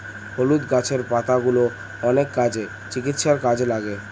হলুদ গাছের পাতাগুলো অনেক কাজে, চিকিৎসার কাজে লাগে